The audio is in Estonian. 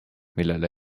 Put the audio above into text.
millele